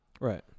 right